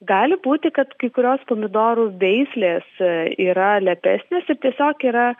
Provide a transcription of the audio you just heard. gali būti kad kai kurios pomidorų veislės yra lepesnės ir tiesiog yra